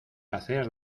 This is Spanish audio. hacer